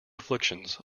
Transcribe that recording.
afflictions